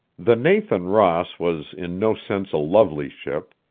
the nathan ross was in no sense a lovely ship.